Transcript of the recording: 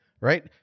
Right